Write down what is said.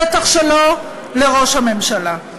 בטח שלא לראש הממשלה.